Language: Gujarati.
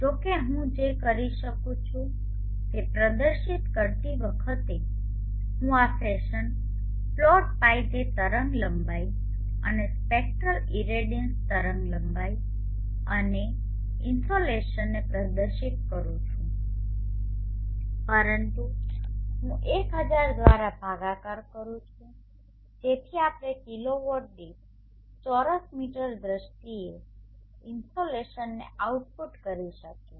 જો કે હું જે કરી શકું છું તે પ્રદર્શિત કરતી વખતે હું આ ફેશન પ્લોટ λ તે તરંગલંબાઇ અને સ્પેક્ટ્રલ ઇરેડિયન્સ તરંગલંબાઇ અને ઇન્સોલેશનને પ્રદર્શિત કરું છું પરંતુ હું 1000 દ્વારા ભાગાકાર કરું છું જેથી આપણે કિલોવોટ દીઠ ચોરસ મીટર દ્રષ્ટિએ ઇનસોલેશનને આઉટપુટ કરી શકીએ